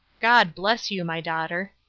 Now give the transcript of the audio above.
god bless you, my daughter.